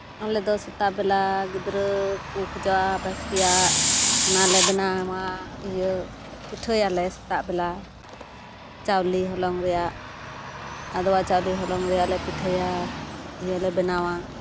ᱟᱞᱮ ᱫᱚ ᱥᱮᱛᱟᱜ ᱵᱮᱞᱟ ᱜᱤᱫᱽᱨᱟᱹ ᱠᱚ ᱠᱷᱚᱡᱟ ᱵᱟᱥᱠᱮᱭᱟᱜ ᱚᱱᱟᱞᱮ ᱵᱮᱱᱟᱣᱟ ᱤᱭᱟᱹ ᱯᱤᱴᱷᱟᱹᱭᱟᱞᱮ ᱥᱮᱛᱟᱜ ᱵᱮᱞᱟ ᱪᱟᱣᱞᱮ ᱦᱚᱞᱚᱝ ᱨᱮᱭᱟᱜ ᱟᱫᱚᱣᱟ ᱪᱟᱣᱞᱮ ᱦᱚᱞᱚᱝ ᱨᱮᱭᱟᱜ ᱞᱮ ᱯᱤᱴᱷᱟᱹᱭᱟ ᱤᱭᱟᱹ ᱞᱮ ᱵᱮᱱᱟᱣᱟ